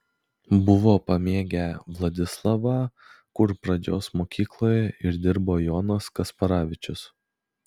buvo pamėgę vladislavą kur pradžios mokykloje ir dirbo jonas kasparavičius